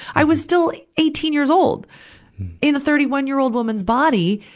i was still eighteen years old in a thirty one year old woman's body.